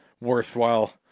worthwhile